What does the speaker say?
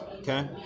okay